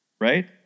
Right